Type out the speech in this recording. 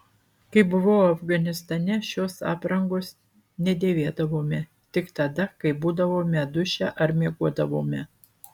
kai buvau afganistane šios aprangos nedėvėdavome tik tada kai būdavome duše ar miegodavome